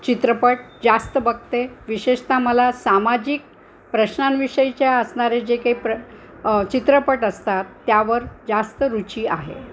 चित्रपट जास्त बघते विशेषत मला सामाजिक प्रश्नांविषयीच्या असणारे जे काही प्र चित्रपट असतात त्यावर जास्त रुची आहे